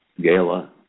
gala